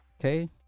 okay